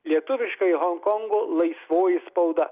lietuviškai honkongo laisvoji spauda